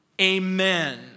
Amen